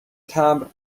تمبر